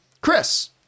Chris